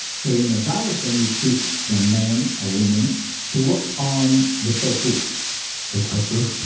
so, in the taoism, we teach the man or woman to work on the tofu the tofu,